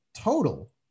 total